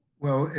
well,